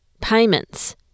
payments